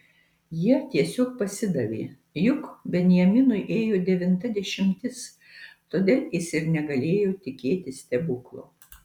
jie tiesiog pasidavė juk benjaminui ėjo devinta dešimtis todėl jis ir negalėjo tikėtis stebuklo